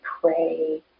pray